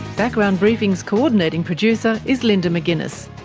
background briefing's co-ordinating producer is linda mcginness,